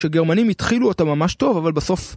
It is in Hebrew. שהגרמנים התחילו אותה ממש טוב, אבל בסוף...